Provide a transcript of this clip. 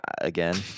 again